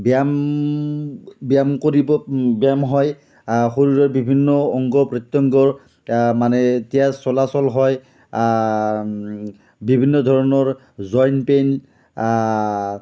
ব্যায়াম ব্যায়াম কৰিব ব্যায়াম হয় শৰীৰৰ বিভিন্ন অঙ্গ প্ৰত্যঙ্গৰ মানে এতিয়া চলাচল হয় বিভিন্ন ধৰণৰ জইন পেইন